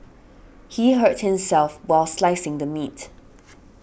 he hurts himself while slicing the meat